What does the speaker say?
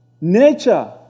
nature